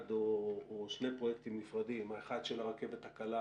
שני פרויקטים נפרדים, האחד של הרכבת הקלה